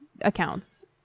accounts